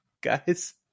guys